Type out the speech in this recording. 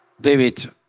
David